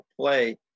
play